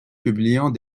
publiant